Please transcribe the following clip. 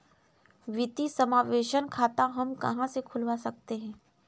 वित्तीय समावेशन खाता हम कहां से खुलवा सकते हैं?